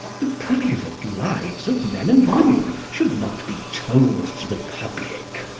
the private lives of men and women should not be told to the public.